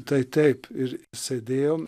tai taip ir sėdėjom